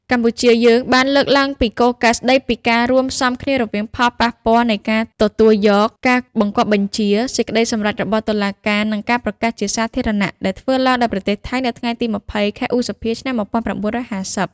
កម្ពុជាយើងបានលើកឡើងពីគោលការណ៍ស្ដីពីការរួមផ្សំគ្នារវាងផលប៉ះពាល់នៃការទទួលយកការបង្គាប់បញ្ជា សេចក្ដីសម្រេចរបស់តុលាការ និង ការប្រកាសជាសាធារណៈដែល ធ្វើឡើងដោយប្រទេសថៃ នៅថ្ងៃទី២០ ខែឧសភា ឆ្នាំ១៩៥០។